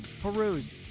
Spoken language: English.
peruse